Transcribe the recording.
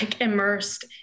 immersed